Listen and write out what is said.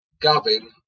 Gavin